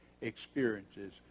experiences